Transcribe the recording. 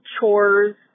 chores